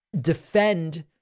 defend